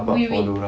we win